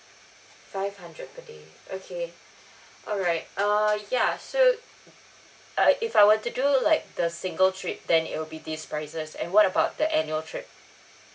five hundred per day okay alright err ya so uh if I were to do like the single trip then it will be this prices and what about the annual trip